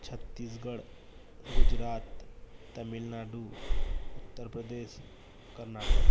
Chhattisgarh Gujarat Tamil Nadu Uttar Pradesh Karnataka